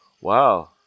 Wow